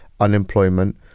unemployment